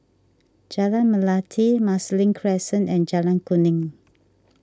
Jalan Melati Marsiling Crescent and Jalan Kuning